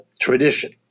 tradition